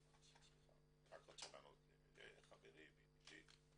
אני רק רוצה לענות לחברי וידידי.